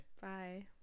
bye